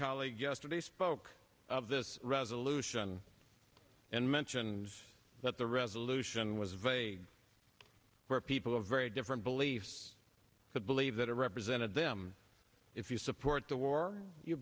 colleague yesterday spoke of this resolution and mentioned that the resolution was vague or people have very different beliefs for the believe that it represented them if you support the war you